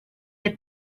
had